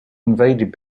invaded